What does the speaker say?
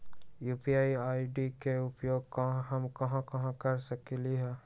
UPI ID के उपयोग हम कहां कहां कर सकली ह?